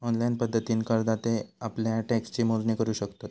online पद्धतीन करदाते आप्ल्या टॅक्सची मोजणी करू शकतत